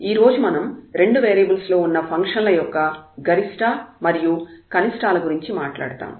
ఈ రోజు మనం రెండు వేరియబుల్స్ లో ఉన్న ఫంక్షన్ల యొక్క గరిష్ఠ మాగ్జిమా మరియు కనిష్టా మినిమా ల గురించి మాట్లాడతాము